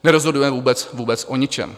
Nerozhodujeme vůbec, vůbec o ničem.